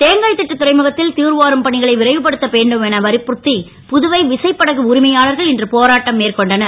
தேங்கா த் ட்டு துறைமுகத் ல் தூர்வாரும் பணிகளை விரைவுபடுத்த வேண்டும் என வற்புறுத் புதுவை விசைப்படகு உரிமையாளர்கள் இன்று போராட்டம் மேற்கொண்டனர்